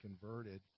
converted